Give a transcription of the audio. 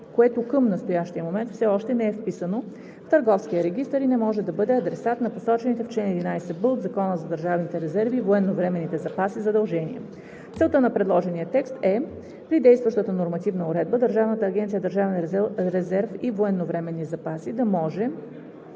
което към настоящия момент все още не е вписано в Търговския регистър и не може да бъде адресат на посочените в чл. 11б от Закона за държавните резерви и военновременните запаси задължения. Целта на предложения текст е при действащата нормативна уредба Държавната агенция „Държавен резерв и военновременни запаси“ да може